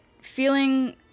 feeling